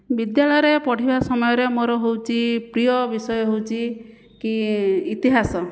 ବିଦ୍ୟାଳୟରେ ପଢ଼ିବା ସମୟରେ ମୋର ହେଉଛି ପ୍ରିୟ ବିଷୟ ହେଉଛି କି ଇତିହାସ